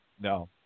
No